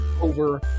over